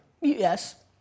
Yes